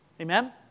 Amen